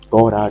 God